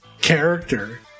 character